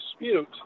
dispute